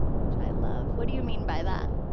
which i love. what do you mean by that?